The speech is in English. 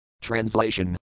Translation